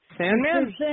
Sandman